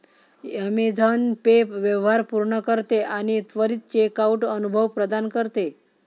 Amazon pay व्यवहार पूर्ण करते आणि त्वरित चेकआउट अनुभव प्रदान करते